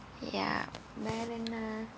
ya வேற என்ன:vera enna